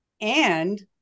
and-